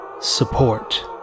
support